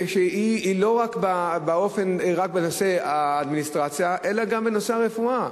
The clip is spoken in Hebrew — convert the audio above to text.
ולא רק בנושא האדמיניסטרציה, אלא גם בנושא הרפואה.